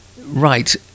Right